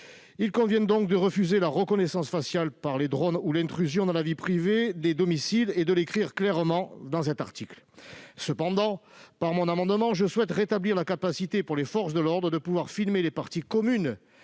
Il convient donc de refuser la reconnaissance faciale par les drones ou l'intrusion dans la vie privée des domiciles, et de l'écrire clairement dans cet article. Je souhaite cependant, par cet amendement, rétablir la possibilité pour les forces de l'ordre de filmer les parties communes